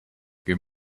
give